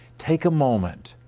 take a moment.